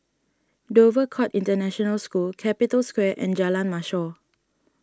Dover Court International School Capital Square and Jalan Mashor